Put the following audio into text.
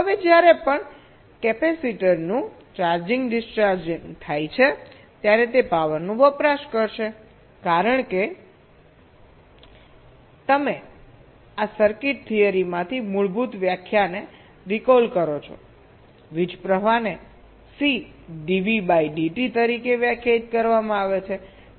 હવે જ્યારે પણ કેપેસિટરનું ચાર્જિંગ ડિસ્ચાર્જિંગ થાય છે ત્યારે તે પાવરનો વપરાશ કરશે કારણ કે તમે સર્કિટ થિયરીમાંથી મૂળભૂત વ્યાખ્યાને રિકોલ કરો છો વીજપ્રવાહને સી ડીવીડીટી તરીકે વ્યાખ્યાયિત કરવામાં આવે છે